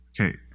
okay